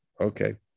okay